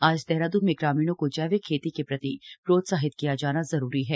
आज देहरादून में ग्रामीणों को जैविक खेती के प्रति प्रोत्साहित किया जाना जरूरी है